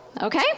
Okay